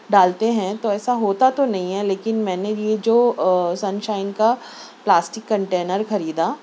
ڈالتے ہیں تو ایسا ہوتا تو نہیں ہے لیکن میں نے یہ جو سن شائن کا پلاسٹک کنٹینر خریدا